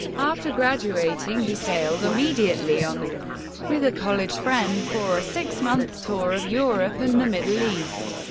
after graduating, he sailed immediately on the with a college friend for a six-month tour of europe and the middle east,